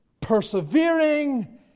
persevering